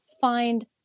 find